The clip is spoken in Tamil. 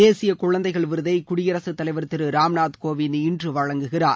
தேசிய குழந்தைகள் விருதை குடியரசுத் தலைவர் திரு ராம்நாத் கோவிந்த் இன்று வழங்குகிறார்